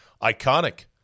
Iconic